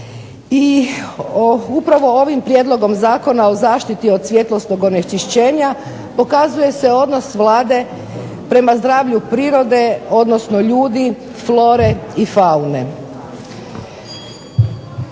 I upravo ovim Prijedlogom zakona o zaštiti od svjetlosnog onečišćenja pokazuje se odnos Vlade prema zdravlju prirode, odnosno ljudi, flore i faune.